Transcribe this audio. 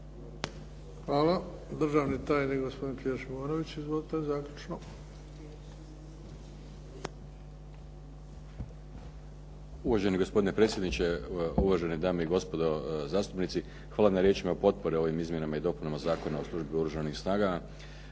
Hvala. Državni tajnik gospodin. Izvolite, zaključno. **Šimunović, Pjer** Uvaženi gospodine predsjedniče, uvažene dame i gospodo zastupnici. Hvala na riječima potpore ovim Izmjenama i dopunama Zakona o službi Oružanih snaga.